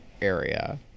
area